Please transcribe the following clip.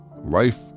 Life